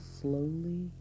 slowly